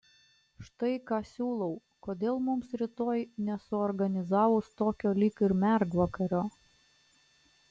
štai ką siūlau kodėl mums rytoj nesuorganizavus tokio lyg ir mergvakario